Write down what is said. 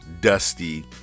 Dusty